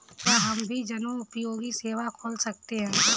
क्या हम भी जनोपयोगी सेवा खोल सकते हैं?